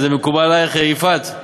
זה מקובל עלייך, יפעת?